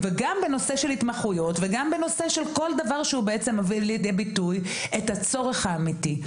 בנושא ההתמחויות ובכל דבר שמביא לידי ביטוי את הצורך האמיתי.